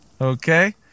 okay